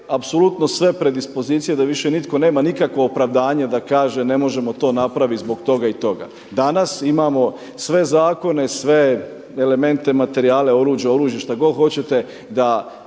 apsolutno sve predispozicije da više nitko nema nikakvo opravdanje da kaže ne možemo to napraviti zbog toga i toga. Danas imamo sve zakone, sve elemente, materijale, oruđe, oružje šta god hoćete da